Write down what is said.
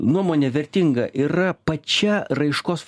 nuomonė vertinga yra pačia raiškos